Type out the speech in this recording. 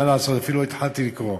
מה לעשות, אפילו לא התחלתי לקרוא.